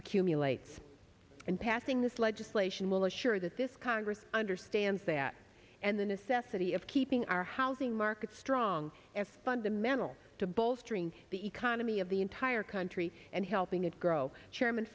accumulates and passing this legislation will assure that this congress understands that and the necessity of keeping our housing market strong and fundamental to bolstering the economy of the entire country and helping it grow chairman